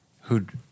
who'd